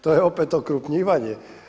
To je opet okrupnjivanje.